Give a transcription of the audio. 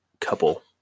couple